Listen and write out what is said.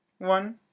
One